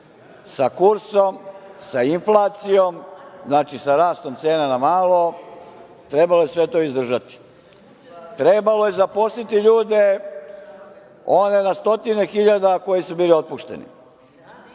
sa kursom, sa inflacijom, znači sa rastom cena na malo, trebalo je sve to izdržati. Trebalo je zaposliti ljude, one na stotine hiljada koji su bili otpušteni,